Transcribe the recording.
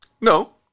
No